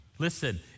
Listen